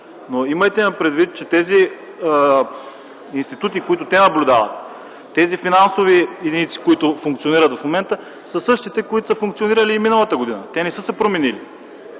но имайте предвид, че тези институти, които те наблюдават, тези финансови единици, които функционират в момента, са същите, които са функционирали и миналата година. Те не са се променили.